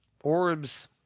orbs